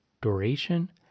duration